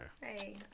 Hey